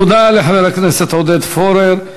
תודה לחבר הכנסת עודד פורר.